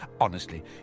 Honestly